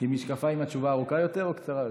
משקפיים התשובה ארוכה יותר או קצרה יותר?